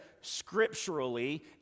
scripturally